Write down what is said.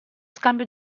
scambio